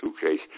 suitcase